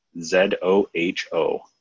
z-o-h-o